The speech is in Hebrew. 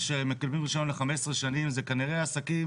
עסקים שמקבלים רישיון ל-15 שנים זה כנראה עסקים